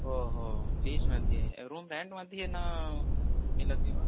ओ हो लीश् मध्ये room rent मध्ये न मिलति वा